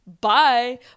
bye